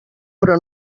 però